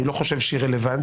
אני לא חושב שהיא רלוונטית.